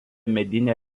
medinė